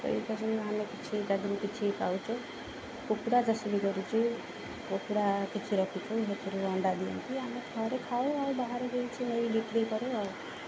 ଏଇଟା ଯେଉଁ ଆମେ କିଛି ଯେଉଁଦିନ କିଛି ପାଉଛୁ କୁକୁଡ଼ା ଚାଷ ବି କରୁଛୁ କୁକୁଡ଼ା କିଛି ରଖିଛୁ ସେଥିରୁ ଅଣ୍ଡା ଦିଅନ୍ତି ଆମେ ଘରେ ଖାଉ ଆଉ ବାହାରେ କିଛି ନେଇ ବିକ୍ରି କରୁ ଆଉ